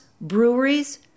breweries